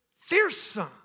fearsome